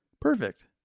perfect